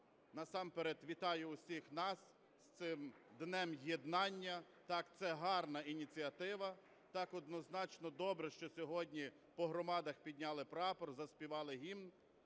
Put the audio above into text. Насамперед вітаю усіх нас з цим Днем єднання. Так, це гарна ініціатива. Так, однозначно добре, що сьогодні по громадах підняли прапор, заспівали гімн.